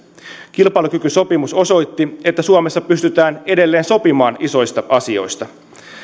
kilpailukykysopimus osoitti että suomessa pystytään edelleen sopimaan isoista asioista